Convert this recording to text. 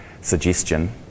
suggestion